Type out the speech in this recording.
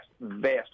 vast